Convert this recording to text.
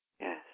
Yes